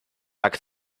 tak